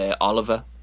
Oliver